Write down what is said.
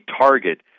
target